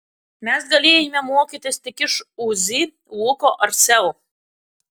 mes galėjome mokytis tik iš uzi luko ar sel